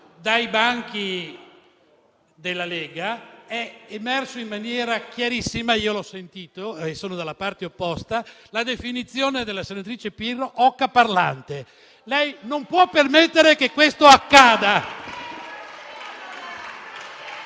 Dai banchi della Lega è emerso in maniera chiarissima - io l'ho sentito e sono dalla parte opposta - la definizione della senatrice Pirro «oca parlante». Lei non può permettere che questo accada.